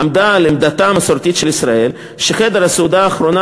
עמדה על עמדתה המסורתית של ישראל שחדר הסעודה האחרונה,